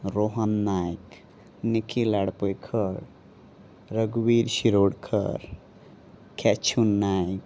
रोहन नायक निखील आडपयकर रघुवीर शिरोडकर केशव नायक